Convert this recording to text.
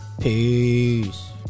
Peace